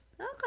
okay